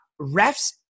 refs